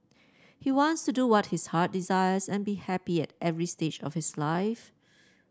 he wants to do what his heart desires and be happy at every stage of his life